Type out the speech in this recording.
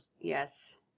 Yes